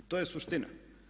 I to je suština.